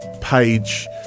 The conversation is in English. page